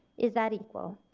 is that equal?